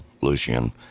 Lucian